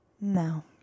no